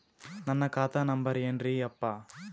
ನನ್ನ ಖಾತಾ ನಂಬರ್ ಏನ್ರೀ ಯಪ್ಪಾ?